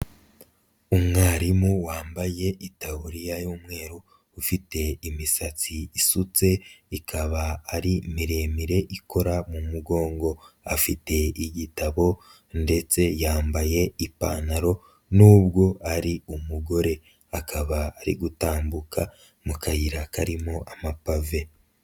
Umwarimu wambaye itaburiya y'umweru ufite imisatsi isutse ikaba ari miremire ikora mu mugongo, afite igitabo ndetse yambaye ipantaro nubwo ari umugore akaba ari gutambuka mu kayira karimo amapave.